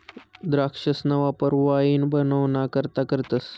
द्राक्षसना वापर वाईन बनवाना करता करतस